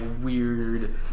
weird